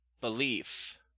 belief